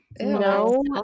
No